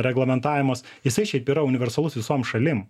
reglamentavimas jisai šiaip yra universalus visom šalim